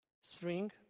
spring